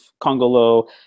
Congolo